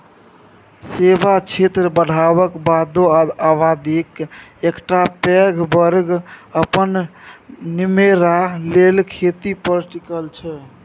सेबा क्षेत्र बढ़लाक बादो आबादीक एकटा पैघ बर्ग अपन निमेरा लेल खेती पर टिकल छै